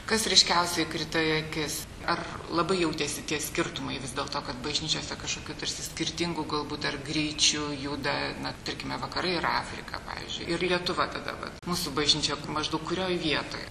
kas ryškiausiai krito į akis ar labai jautėsi tie skirtumai vis dėlto kad bažnyčiose kažkokių tarsi skirtingų galbūt ar greičiu juda na tarkime vakarai ir afrika pavyzdžiui ir lietuva tada vat mūsų bažnyčia kur maždaug kurioj vietoj